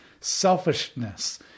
selfishness